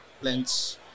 plants